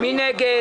מי נגד?